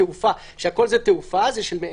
אני חושב שזה יכול לחסוך זמן,